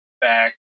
back